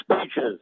speeches